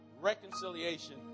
reconciliation